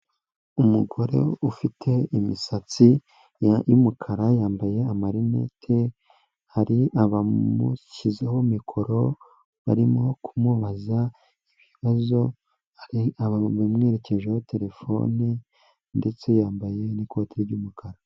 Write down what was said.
Umugore ufite imisatsi y'umukara yambaye amarinete, hari abamushyizeho mikoro barimo kumubaza ibibazo bamwerekejeho telefone ndetse yambaye n'ikote ry'umukara.